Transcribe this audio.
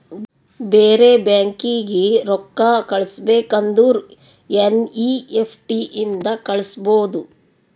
ಬೇರೆ ಬ್ಯಾಂಕೀಗಿ ರೊಕ್ಕಾ ಕಳಸ್ಬೇಕ್ ಅಂದುರ್ ಎನ್ ಈ ಎಫ್ ಟಿ ಇಂದ ಕಳುಸ್ಬೋದು